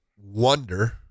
wonder